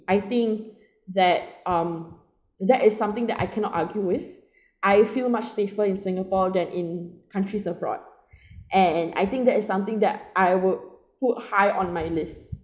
I think that um that is something that I cannot argue with I feel much safer in singapore than in countries abroad and I think that is something that I would put high on my list